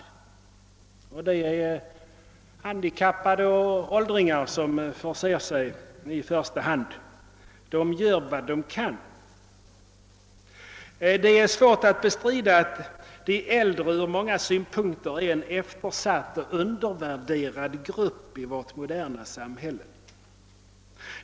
I första hand är det handikappade och åldringar som förser sig, omtalade han vidare. Det är svårt att bestrida att de äldre ur många synpunkter är en eftersatt och undervärderad grupp i vårt moderna samhälle.